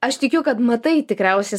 aš tikiu kad matai tikriausiai